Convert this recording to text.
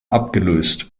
abgelöst